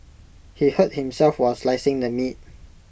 he hurt himself while slicing the meat